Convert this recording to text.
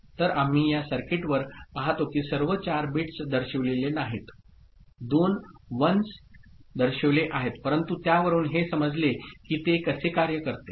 तर आम्ही या सर्किटवर पाहतो की सर्व 4 बिट्स दर्शविलेले नाहीत दोन वन्स दर्शविले आहेत परंतु त्यावरून हे समजेल की ते कसे कार्य करते